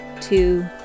two